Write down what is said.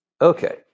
Okay